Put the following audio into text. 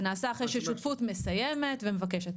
זה נעשה אחרי ששותפות מסיימת ומבקשת,